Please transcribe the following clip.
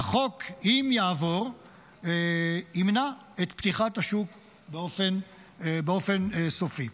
והחוק, אם יעבור, ימנע את פתיחת השוק באופן סופי.